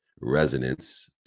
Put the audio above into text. resonance